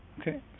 Okay